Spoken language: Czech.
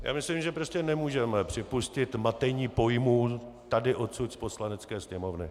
Já myslím, že prostě nemůžeme připustit matení pojmů tady odsud z Poslanecké sněmovny.